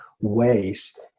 ways